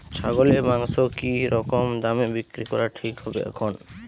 ছাগলের মাংস কী রকম দামে বিক্রি করা ঠিক হবে এখন?